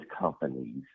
companies